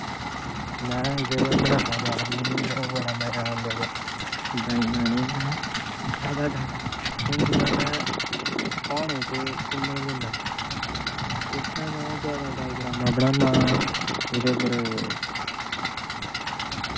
में एह्दे पर बनाना मिगी बड़ा जादा मजा आंदा ते ड्राईंग बनाने गी ते हू'न जि'यां में प्हाड़ें च घूमन जन्ना उत्थै में जैदा डाईग्रमां बनाना ओह्दे पर